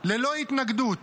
ללא התנגדות,